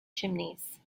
chimneys